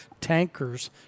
tankers